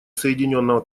соединенного